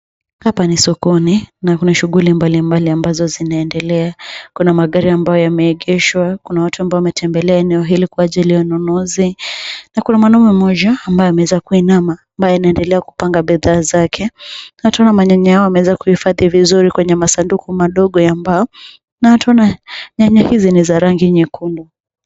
Hapa ni sokoni na kuna shughuli mbalimbali ambazo zinaendelea. Kuna magari ambayo yameegeshwa , kuna watu ambao wametembelea eneo hili kwa ajili ya ununuzi na kuna mwanaume mmoja ambaye ameweza kuinama ambaye anaendelea kupanga bidhaa zake, na tunaona manyanya haya yameweza kuhifadhi vizuri kwenye masanduku madogo ya mbao na tunaona nyanya hizi ni za rangi nyekundu.